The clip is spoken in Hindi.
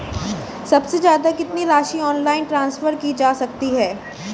सबसे ज़्यादा कितनी राशि ऑनलाइन ट्रांसफर की जा सकती है?